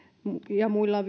ja muilla